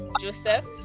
Joseph